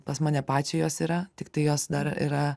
pas mane pačią jos yra tiktai jos dar yra